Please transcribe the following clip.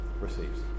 receives